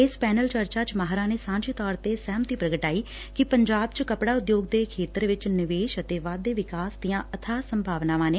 ਇਸ ਪੈਨਲ ਚਰਚਾ ਚ ਮਾਹਿਰਾਂ ਨੇ ਸਾਂਝੇ ਤੌਰ ਤੇ ਸਹਿਮਤੀ ਪ੍ਰਗਟਾਈ ਕਿ ਪੰਜਾਬ ਚ ਕੱਪੜਾ ਉਦਯੋਗ ਦੇ ਖੇਤਰ ਵਿਚ ਨਿਵੇਸ਼ ਅਤੇ ਵਾਧੇ ਵਿਕਾਸ ਦੀਆਂ ਅਬਾਹ ਸੰਭਾਵਨਾਵਾਂ ਨੇ